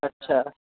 اچھا